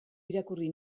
irakurri